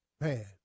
Man